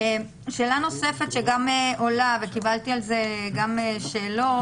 שאלה נוספת שגם עולה וקיבלתי על זה גם שאלות,